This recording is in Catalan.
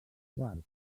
quart